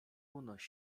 unoś